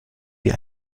wie